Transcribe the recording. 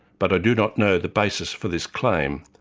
but i do not know the basis for this claim.